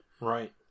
Right